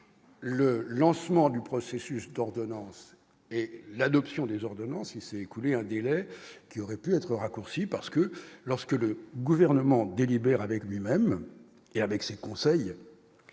le lancement du processus d'ordonnances et l'adoption des ordonnances, il s'est écoulé un délai qui aurait pu être raccourcie, parce que lorsque le gouvernement ne délibère avec lui-même et avec ses conseils,